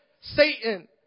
Satan